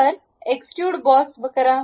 तर extrude boss करा